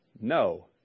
no